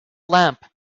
lamp